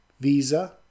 Visa